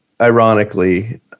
ironically